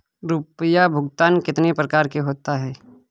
रुपया भुगतान कितनी प्रकार के होते हैं?